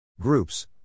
Groups